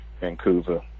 Vancouver